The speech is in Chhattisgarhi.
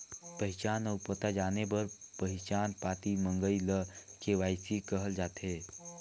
पहिचान अउ पता जाने बर पहिचान पाती मंगई ल के.वाई.सी कहल जाथे